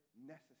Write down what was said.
necessary